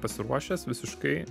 pasiruošęs visiškai